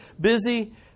Busy